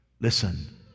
listen